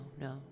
no